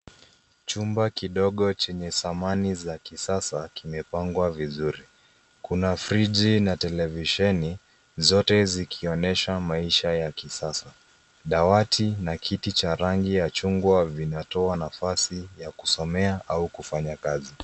Chumba kidogo chenye samani za kisasa kimepangwa vizuri. Kuna friji na televisheni zote zikionyesha maisha ya kisasa. Dawati na kiti cha rangi ya chungwa vinatoa nafasi ya kusomea au kufanya kazi.